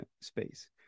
space